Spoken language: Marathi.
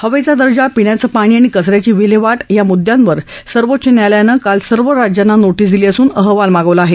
हवेचा दर्जा पिण्याचं शाणी आणि कच याची विल्हेवाट या म्द्यांवर सर्वोच्च न्यायालयानं काल सर्व राज्यांना नोटीस दिली असून अहवाल मागवला आहे